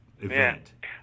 event